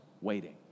waiting